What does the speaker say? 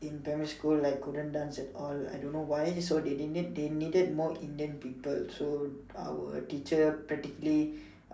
in primary school I couldn't dance at all I don't know why so they need they needed more Indian people so our teacher practically